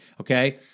okay